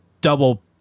double –